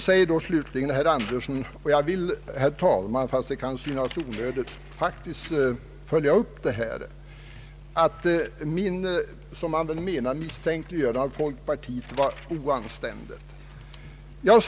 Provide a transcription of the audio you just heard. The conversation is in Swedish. Herr Andersson yttrade och jag vill, herr talman, trots att det kan synas onödigt faktiskt följa upp det här — att mitt, som han vill mena, misstänkliggörande av folkpartiet var oanständigt.